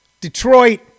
Detroit